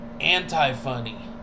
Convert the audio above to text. anti-funny